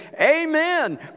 Amen